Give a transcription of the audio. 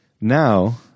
Now